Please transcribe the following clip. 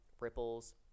ripples